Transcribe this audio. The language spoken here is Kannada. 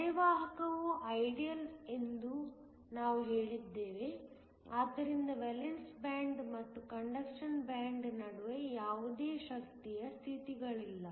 ಅರೆವಾಹಕವು ಐಡಿಯಲ್ ಎಂದು ನಾವು ಹೇಳಲಿದ್ದೇವೆ ಆದ್ದರಿಂದ ವೇಲೆನ್ಸ್ ಬ್ಯಾಂಡ್ ಮತ್ತು ಕಂಡಕ್ಷನ್ ಬ್ಯಾಂಡ್ ನಡುವೆ ಯಾವುದೇ ಶಕ್ತಿಯ ಸ್ಥಿತಿಗಳಿಲ್ಲ